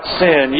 sin